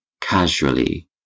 casually